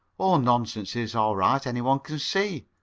oh, nonsense! it's all right anyone can see